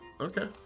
Okay